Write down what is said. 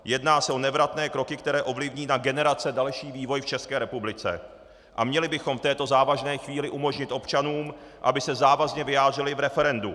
Jedná se o nevratné kroky, které ovlivní na generace další vývoj v České republice, a měli bychom v této závažné chvíli umožnit občanům, aby se závazně vyjádřili v referendu.